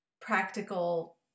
practical